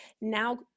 now